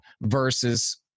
versus